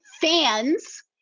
fans